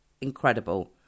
incredible